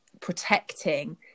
protecting